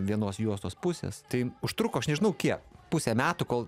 vienos juostos pusės tai užtruko aš nežinau kiek pusę metų kol